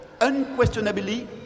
Unquestionably